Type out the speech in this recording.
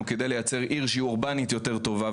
כדי לייצר עיר שהיא אורבנית יותר טובה,